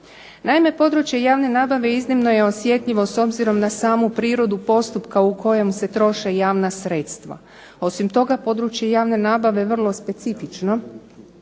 Naime, područje javne nabave iznimno je osjetljivo s obzirom na samu prirodu postupka u kojem se troše javna sredstva. Osim toga područje javne nabave je vrlo specifično,